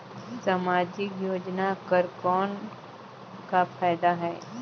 समाजिक योजना कर कौन का फायदा है?